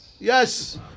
Yes